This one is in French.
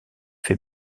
fait